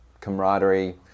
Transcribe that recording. camaraderie